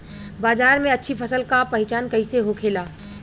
बाजार में अच्छी फसल का पहचान कैसे होखेला?